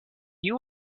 you